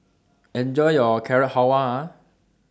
Enjoy your Carrot Halwa